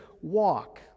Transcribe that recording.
walk